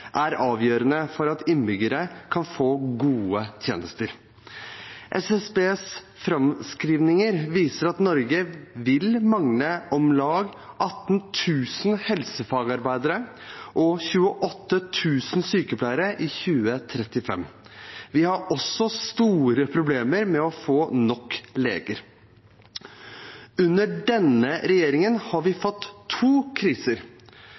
er avgjørende for at innbyggerne kan få gode tjenester. SSBs framskrivinger viser at Norge vil mangle om lag 18 000 helsefagarbeidere og 28 000 sykepleiere i 2035. Vi har også store problemer med å få nok leger. Under denne regjeringen har vi fått to kriser